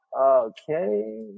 Okay